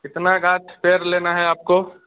कितने गाँठ पेड़ लेना है आपको